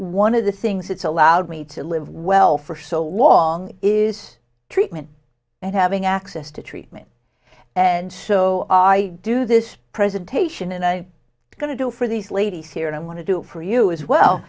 one of the things that's allowed me to live well for so long is treatment and having access to treatment and so i do this presentation and i going to do for these ladies here and i want to do it for you as